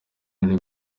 muri